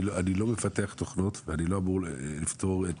אני לא מפתח תוכנות, אני לא אמור לפתור את